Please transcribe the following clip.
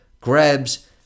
grabs